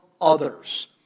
others